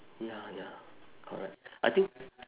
ya ya correct I think